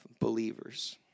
believers